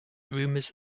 rumors